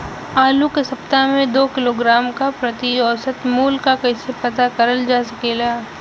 आलू के सप्ताह में दो किलोग्राम क प्रति औसत मूल्य क कैसे पता करल जा सकेला?